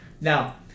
Now